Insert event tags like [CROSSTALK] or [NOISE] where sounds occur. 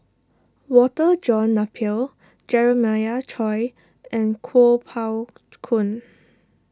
Walter John Napier Jeremiah Choy and Kuo Pao [NOISE] Kun